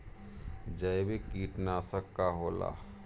जैविक कीटनाशक का होला?